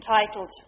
entitled